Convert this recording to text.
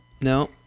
no